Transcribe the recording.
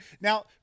Now